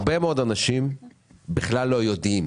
הרבה מאוד אנשים בכלל לא יודעים